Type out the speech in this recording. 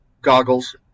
goggles